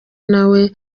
nawe